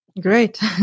Great